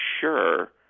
sure